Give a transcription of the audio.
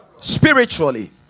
spiritually